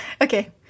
Okay